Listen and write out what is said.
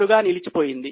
66 గా నిలిచిపోయింది